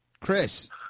Chris